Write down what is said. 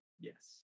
Yes